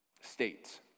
States